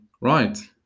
Right